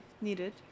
needed